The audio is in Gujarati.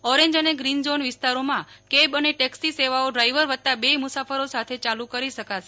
ઓરેન્જ અને ગ્રીન ઝોન વિસ્તારોમાં કેબ અને ટેક્સી સેવાઓ ડ્રાયવર વત્તા બે મુસાફરો સાથે યાલુ કરી શકાશે